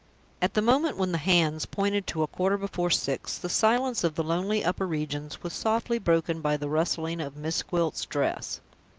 at the moment when the hands pointed to a quarter before six, the silence of the lonely upper regions was softly broken by the rustling of miss gwilt's dress.